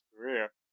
career